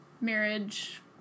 marriage